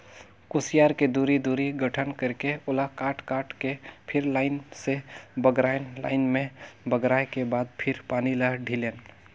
खुसियार के दूरी, दूरी गठन करके ओला काट काट के फिर लाइन से बगरायन लाइन में बगराय के बाद फिर पानी ल ढिलेन